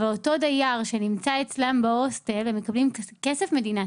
אבל על אותו דייר שנמצא אצלם בהוסטל הם מקבלים כסף מדינה,